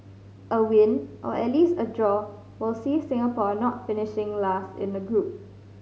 a win or at least a draw will see Singapore not finishing last in the group